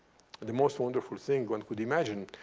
the most wonderful thing one could imagine.